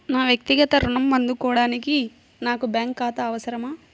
నా వక్తిగత ఋణం అందుకోడానికి నాకు బ్యాంక్ ఖాతా అవసరమా?